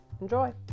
Enjoy